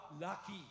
lucky